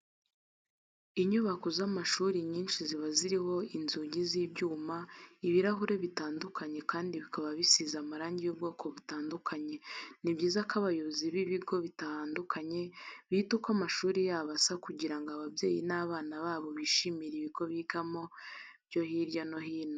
Inyubako z'amashuri nyinshi ziba ziriho inzugi z'ibyuma, ibirahure bitandukanye kandi bikaba bisize amarangi y'ubwoko butandukanye. Ni byiza ko abayobozi b'ibigo bitanduikanye bita uko amashuri yabo asa kugira ngo ababyeyi n'abana babo bishimire ibigo bigamo byo hirya no hino.